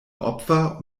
opfer